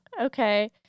okay